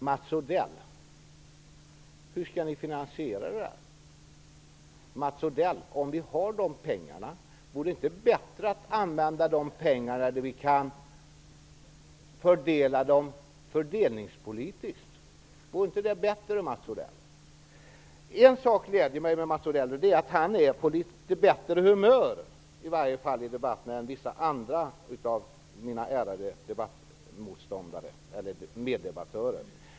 Fru talman! Hur skall ni finansiera det? Om ni har de pengarna, Mats Odell, vore det inte bättre att använda dem fördelningspolitiskt? En sak är bra med Mats Odell, och det är att han är på bättre humör i debatten än vissa andra av mina ärade meddebattörer.